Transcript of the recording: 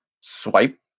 swipe